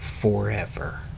forever